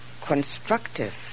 constructive